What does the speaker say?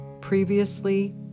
previously